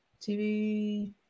TV